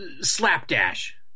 slapdash